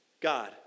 God